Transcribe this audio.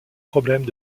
problèmes